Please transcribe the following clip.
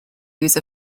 use